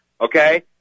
okay